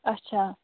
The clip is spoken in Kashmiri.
اچھا